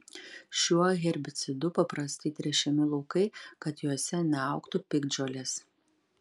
šiuo herbicidu paprastai tręšiami laukai kad juose neaugtų piktžolės